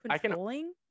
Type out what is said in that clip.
controlling